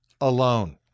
alone